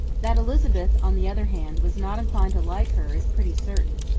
that elizabeth, on the other hand, was not inclined to like her, is pretty certain.